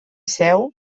seu